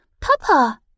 Papa